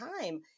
time